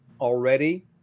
already